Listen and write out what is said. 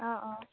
অঁ অঁ